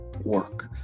work